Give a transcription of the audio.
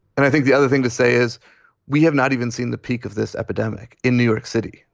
and i think the other thing to say is we have not even seen the peak of this epidemic in new york city,